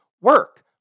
work